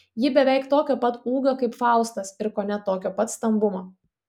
ji beveik tokio pat ūgio kaip faustas ir kone tokio pat stambumo